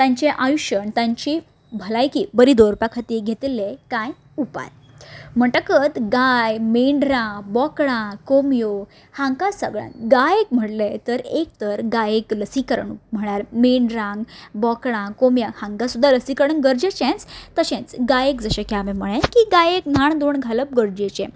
तांचें आयुश्य आनी तांची भलायकी बरी दवरपाक घेतिल्ले कांय उपाय म्हणटकत गाय मेंड्रा बोकडां कोंबयो हांकां सगळ्यांक गायक म्हणलें तर एकतर गायेक लसीकरण म्हणल्यार मेंड्रांक बोकडांक कोंबयांक हांकां सुद्दां लसीकरण गरजेचेंच तशेंच गायेक जशें की हांवें म्हणलें की गायेक न्हाण धुण घालप गरजेचें